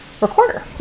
recorder